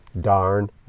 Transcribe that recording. darn